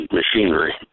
machinery